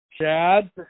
Chad